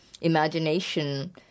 imagination